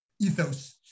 ethos